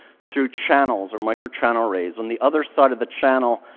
through channels, or micro-channel arrays. on the other side of the channel,